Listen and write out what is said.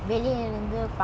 so what's the biggest